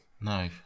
No